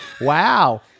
wow